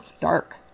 dark